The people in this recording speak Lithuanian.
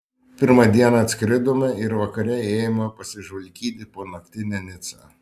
pirmą dieną atskridome ir vakare ėjome pasižvalgyti po naktinę nicą